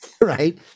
right